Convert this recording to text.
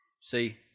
See